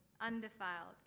undefiled